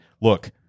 look